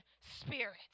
spirit